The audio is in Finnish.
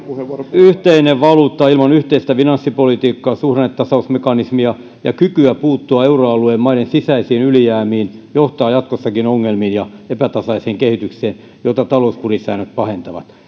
yhteinen valuutta ilman yhteistä finanssipolitiikkaa suhdannetasausmekanismia ja kykyä puuttua euroalueen maiden sisäisiin ylijäämiin johtaa jatkossakin ongelmiin ja epätasaiseen kehitykseen jota talouskurisäännöt pahentavat